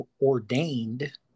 ordained